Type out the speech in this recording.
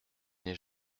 n’ai